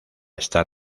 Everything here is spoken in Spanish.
estar